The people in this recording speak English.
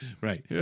Right